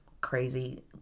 crazy